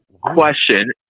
Question